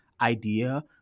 idea